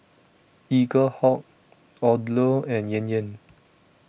Eaglehawk Odlo and Yan Yan